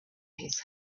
his